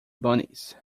bunnies